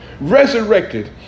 resurrected